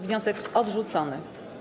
Wniosek odrzucony.